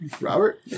Robert